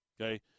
okay